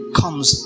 comes